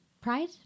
pride